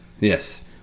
Yes